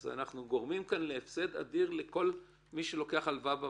אנחנו גורמים כאן להפסד אדיר לכל מי שלוקח הלוואה בבנק,